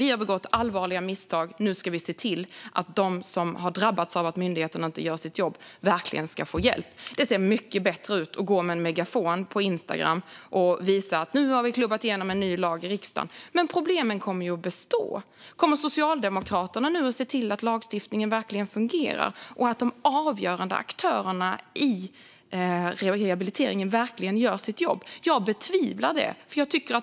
Vi har begått allvarliga misstag. Nu ska vi se till att de som har drabbats av att myndigheterna inte gör sitt jobb verkligen får hjälp." Det ser mycket bättre ut att gå med en megafon på Instagram och visa att man har klubbat igenom en ny lag i riksdagen. Problemen kommer dock att bestå. Kommer Socialdemokraterna att se till nu att lagstiftningen fungerar och att de avgörande aktörerna i rehabiliteringen gör sitt jobb? Jag betvivlar det.